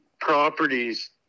properties